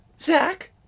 Zach